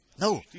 No